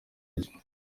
rye